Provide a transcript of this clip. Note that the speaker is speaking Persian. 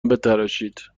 بتراشید